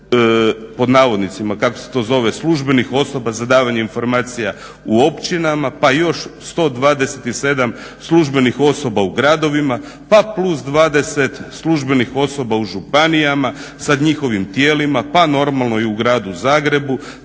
to zove službenih osoba za davanje informacija u općinama, pa još 127 službenih osoba u gradovima pa plus 20 službenih osoba u županijama sa njihovim tijelima, pa normalno i u Gradu Zagrebu,